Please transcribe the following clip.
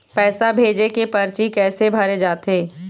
पैसा भेजे के परची कैसे भरे जाथे?